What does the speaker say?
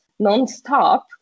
nonstop